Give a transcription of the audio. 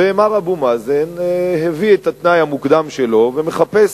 ומר אבו מאזן הביא את התנאי המוקדם שלו ומחפש